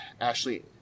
ashley